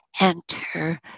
enter